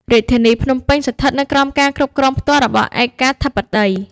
រាជធានីភ្នំពេញស្ថិតនៅក្រោមការគ្រប់គ្រងផ្ទាល់របស់ឯកាធិបតី។